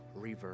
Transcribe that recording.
reverb